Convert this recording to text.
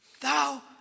thou